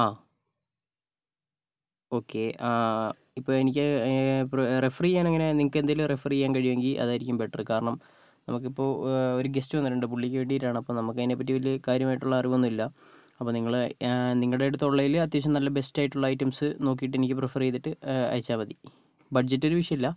ആ ഓക്കേ ഇപ്പോൾ എനിക്ക് ഇപ്പോൾ റെഫർ ചെയ്യാൻ എങ്ങനെ നിങ്ങൾക്ക് എന്തെങ്കിലും റെഫർ ചെയ്യാൻ കഴിയുമെങ്കിൽ അതായിരിക്കും ബെറ്റർ കാരണം നമുക്ക് ഇപ്പോൾ ഒരു ഗസ്റ്റ് വന്നിട്ടുണ്ട് പുള്ളിക്ക് വേണ്ടിയിട്ടാണ് അപ്പോൾ നമുക്ക് അതിനെപ്പറ്റി വലിയ കാര്യമായിട്ടുള്ള അറിവൊന്നുമില്ല അപ്പോൾ നിങ്ങൾ നിങ്ങളുടെയടുത്ത് ഉള്ളതിൽ അത്യാവശ്യം നല്ല ബെസ്റ്റായിട്ടുള്ള ഐറ്റംസ് നോക്കിയിട്ട് എനിക്ക് പ്രിഫർ ചെയ്തിട്ട് അയച്ചാൽ മതി ബഡ്ജറ്റ് ഒരു വിഷയമല്ല